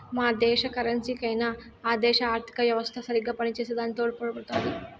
yeah దేశ కరెన్సీకైనా ఆ దేశ ఆర్థిత యెవస్త సరిగ్గా పనిచేసే దాని తోడుపడుతాది